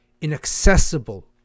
inaccessible